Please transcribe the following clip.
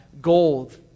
gold